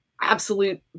absolute